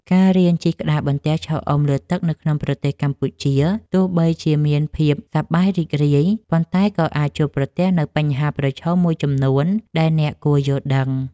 ការរៀនជិះក្តារបន្ទះឈរអុំលើទឹកនៅក្នុងប្រទេសកម្ពុជា ទោះបីជាមានភាពសប្បាយរីករាយ ប៉ុន្តែក៏អាចជួបប្រទះនូវបញ្ហាប្រឈមមួយចំនួនដែលអ្នកគួរយល់ដឹង។